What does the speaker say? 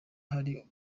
hari